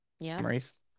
memories